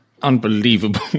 unbelievable